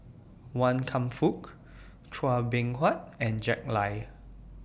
Wan Kam Fook Chua Beng Huat and Jack Lai